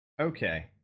Okay